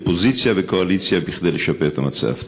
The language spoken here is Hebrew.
קואליציה ואופוזיציה, כדי לשפר את המצב.